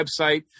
website